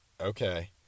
okay